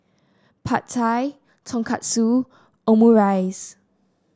Pad Thai Tonkatsu Omurice